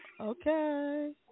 Okay